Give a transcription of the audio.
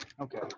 Okay